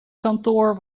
kantoor